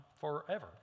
forever